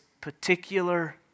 particular